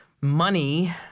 money